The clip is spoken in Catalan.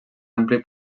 ampli